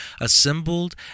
assembled